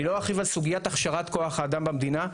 אני לא ארחיב על סוגיית הכשרת כוח האדם במדינה,